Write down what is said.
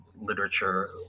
literature